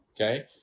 Okay